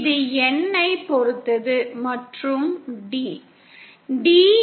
இது N ஐப் பொறுத்தது மற்றும் D